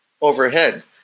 overhead